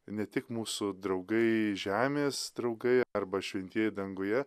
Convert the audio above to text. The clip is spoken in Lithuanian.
ne tik mūsų draugai žemės draugai arba šventieji danguje